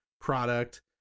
product